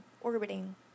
orbiting